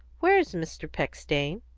where is mr. peck staying?